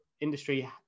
industry